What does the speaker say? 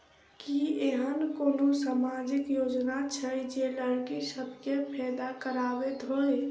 की एहेन कोनो सामाजिक योजना छै जे लड़की सब केँ फैदा कराबैत होइ?